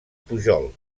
pujol